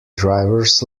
drivers